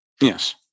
Yes